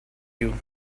you